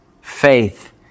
faith